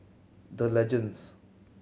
The Legends